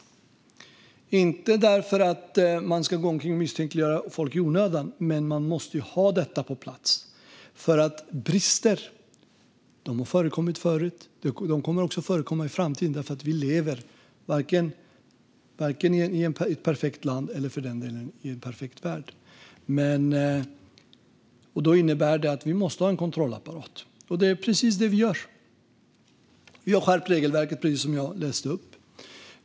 Det är inte därför att man ska gå omkring och misstänkliggöra folk i onödan. Men vi måste ha detta på plats, därför att brister har ju förekommit förut och kommer också att förekomma i framtiden, för vi lever varken i ett perfekt land eller i en perfekt värld. Detta innebär att vi måste ha en kontrollapparat, och därför skärper vi regelverket, precis som jag läste upp.